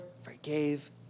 forgave